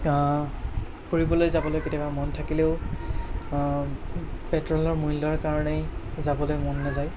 ফুৰিবলৈ যাবলৈ কেতিয়াবা মন থাকিলেও পেট্ৰলৰ মূল্য়ৰ কাৰণেই যাবলৈ মন নাযায়